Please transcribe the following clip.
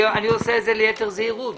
אני עושה זאת ליתר זהירות.